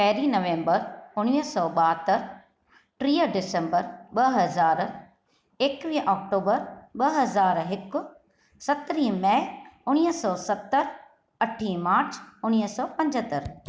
पहिरीं नवम्बर उणिवीह सौ ॿाहतरि टीह दिसम्बर ॿ हज़ार एकवीह ओक्टुबर ॿ हज़ार हिकु सत्रहां मई उणिवीह सौ सतरि अठ मार्च उणिवीह सौ पंजहतरि